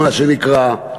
מה שנקרא,